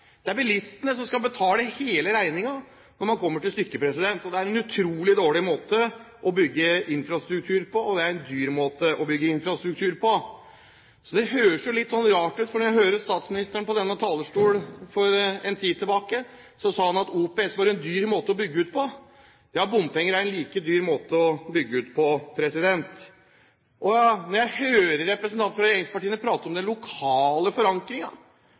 Det er bilistene som skal betale hele regningen når det kommer til stykket. Det er en utrolig dårlig måte å bygge infrastruktur på, og det er en dyr måte å bygge infrastruktur på. Det høres litt rart ut, for da jeg hørte statsministeren på denne talerstolen for en tid tilbake, sa han at OPS var en dyr måte å bygge ut på. Ja, bompenger er en like dyr måte å bygge ut på. Jeg hører representanter fra regjeringspartiene prate om den lokale forankringen.